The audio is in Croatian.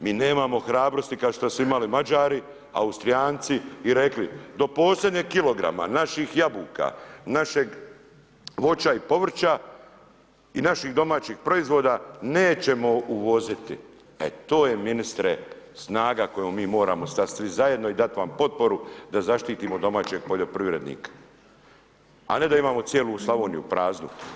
Mi nemamo hrabrosti, kao što su imali Mađari, Austrijanci i rekli, do posljednjih kilograma, naših jabuka, našeg voća i povrća i naših domaćih proizvoda nećemo uvoziti, e to je ministre, snaga koju mi moramo stati svi zajedno i dati vam potporu da zaštitimo domaće poljoprivrednike, a ne da imamo cijelu Slavoniju praznu.